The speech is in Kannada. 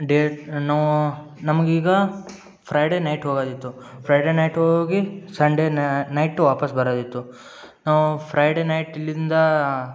ಡೇಟ್ ಏನು ನಮ್ಗೆ ಈಗ ಫ್ರೈಡೇ ನೈಟ್ ಹೋಗದಿತ್ತು ಫ್ರೈಡೇ ನೈಟ್ ಹೋಗಿ ಸಂಡೇ ನೈಟು ವಾಪಾಸ್ ಬರದಿತ್ತು ನಾವು ಫ್ರೈಡೇ ನೈಟ್ ಇಲ್ಲಿಂದ